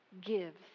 gives